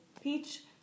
Peach